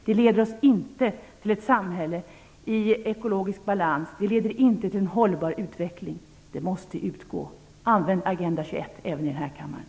Det leder oss inte till ett samhälle i ekologisk balans, och det leder inte till en hållbar utveckling. Det måste utgå! Använd Agenda 21 även i den här kammaren!